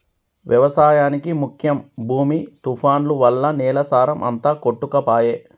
వ్యవసాయానికి ముఖ్యం భూమి తుఫాన్లు వల్ల నేల సారం అంత కొట్టుకపాయె